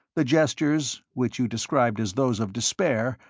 the gestures, which you described as those of despair,